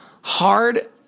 hard